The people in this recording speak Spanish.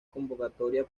convocatoria